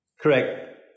Correct